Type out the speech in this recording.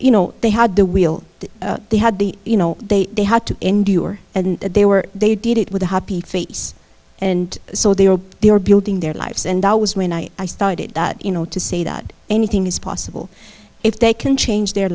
you know they had the wheel they had the you know they they had to endure and they were they did it with a happy face and so they were they were building their lives and i was when i i started you know to say that anything is possible if they can change their